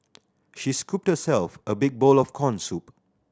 she scooped herself a big bowl of corn soup